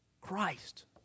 Christ